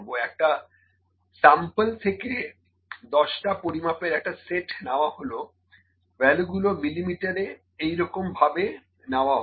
একটা স্যাম্পল থেকে 10 টা পরিমাপের একটা সেট নেওয়া হলো ভ্যালু গুলো মিলিমিটারে এইরকম ভাবে নেওয়া হলো